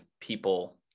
people